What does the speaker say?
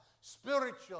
spiritual